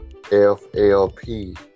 FLP